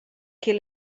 ch’ei